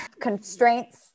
constraints